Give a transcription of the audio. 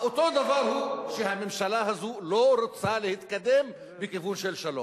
האותו-דבר הוא שהממשלה הזאת לא רוצה להתקדם בכיוון של שלום,